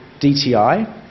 DTI